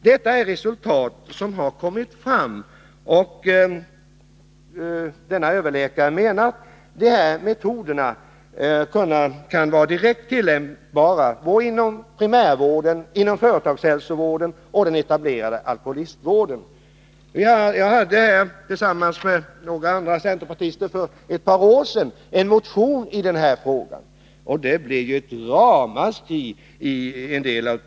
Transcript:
Detta är de resultat som har kommit fram, och denna överläkare menar att de här metoderna kan vara direkt tillämpbara inom primärvården, inom Jag lade tillsammans med några andra centerpartister för ett par år sedan Onsdagen den fram en motion i den här frågan. Det blev ett ramaskri i en del tidningar.